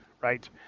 right